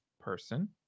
person